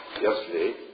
yesterday